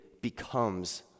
becomes